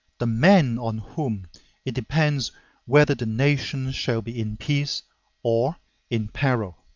the man on whom it depends whether the nation shall be in peace or in peril.